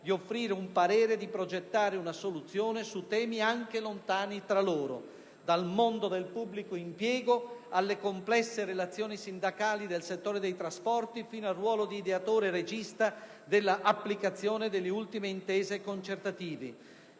di offrire un parere, di progettare una soluzione su temi anche lontani tra loro: dal mondo del pubblico impiego alle complesse relazioni sindacali del settore dei trasporti, fino al ruolo di ideatore e regista dell'applicazione delle ultime intese concertative.